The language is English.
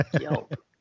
Yelp